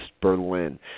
Berlin